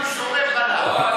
אני סומך עליו.